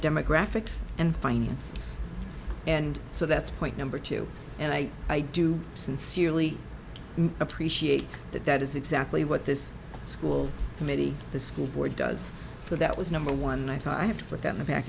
demographics and finance and so that's point number two and i i do sincerely appreciate that that is exactly what this school committee the school board does so that was number one and i thought i have to put that in the pack